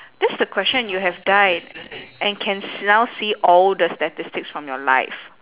that's the question you have died and can s~ now see all the statistics from your life